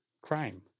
Crime